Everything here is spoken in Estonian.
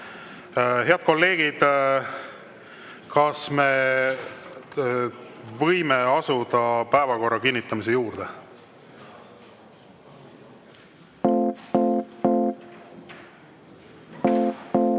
Head kolleegid, kas me võime asuda päevakorra kinnitamise